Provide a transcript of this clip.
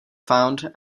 found